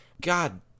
God